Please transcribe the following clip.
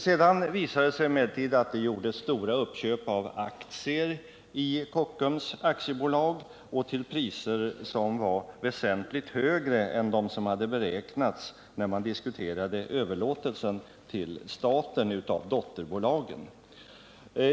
Sedan visade det sig emellertid att det gjordes stora uppköp av aktier i Kockums AB och till priser som var väsentligt högre än de som beräknats när Om skatteflykt man diskuterade överlåtelsen till staten av dotterbolagen.